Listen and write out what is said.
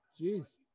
Jeez